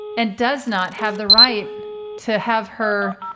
and does not have the right to have her